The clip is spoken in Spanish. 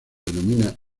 denomina